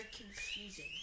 confusing